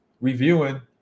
reviewing